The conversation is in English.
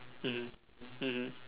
mmhmm mmhmm